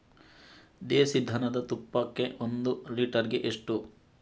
ದೇಸಿ ದನದ ತುಪ್ಪಕ್ಕೆ ಒಂದು ಲೀಟರ್ಗೆ ಎಷ್ಟು?